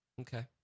Okay